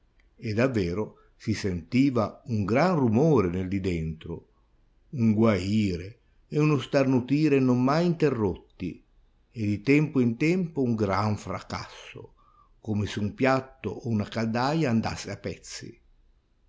e davvero si sentiva un gran rumore nel di dentro un guaire e uno starnutire non mai interrotti e di tempo in tempo un gran fracasso come se un piatto o una caldaia andasse a pezzi